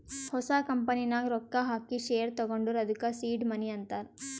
ಹೊಸ ಕಂಪನಿ ನಾಗ್ ರೊಕ್ಕಾ ಹಾಕಿ ಶೇರ್ ತಗೊಂಡುರ್ ಅದ್ದುಕ ಸೀಡ್ ಮನಿ ಅಂತಾರ್